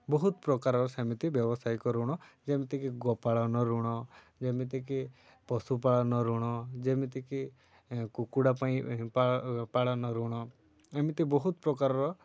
ବହୁତ ପ୍ରକାରର ସେମିତି ବ୍ୟବସାୟିକ ଋଣ ଯେମିତିକି ଗୋପାଳନ ଋଣ ଯେମିତିକି ପଶୁପାଳନ ଋଣ ଯେମିତିକି କୁକୁଡ଼ା ପାଇଁ ପାଳନ ଋଣ ଏମିତି ବହୁତ ପ୍ରକାରର